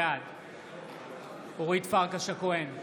בעד אורית פרקש הכהן,